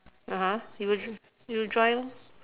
(uh huh) it will it will dry lor